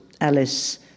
Alice